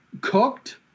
cooked